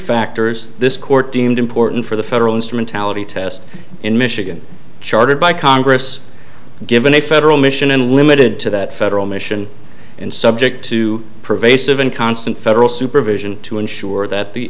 factors this court deemed important for the federal instrumentality test in michigan chartered by congress given a federal mission and limited to that federal mission and subject to pervasive and constant federal supervision to ensure that the